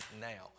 now